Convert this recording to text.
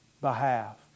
behalf